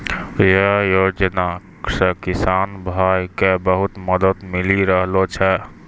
यै योजना सॅ किसान भाय क बहुत मदद मिली रहलो छै